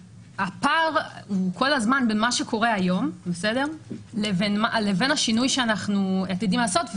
הפער הוא כל הזמן בין מה שקורה היום לבין השינוי שאנחנו עתידים לעשות.